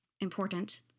important